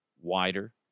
wider